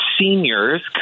seniors